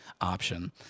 option